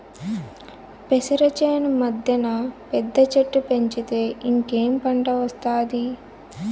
పెసర చేను మద్దెన పెద్ద చెట్టు పెంచితే ఇంకేం పంట ఒస్తాది